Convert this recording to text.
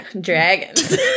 Dragons